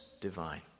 divine